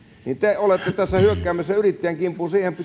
te olette tässä hyökkäämässä yrittäjien kimppuun